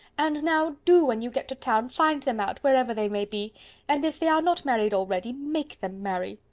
and now do, when you get to town, find them out, wherever they may be and if they are not married already, make them marry.